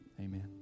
Amen